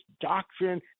doctrine